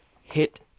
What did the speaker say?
hit